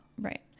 right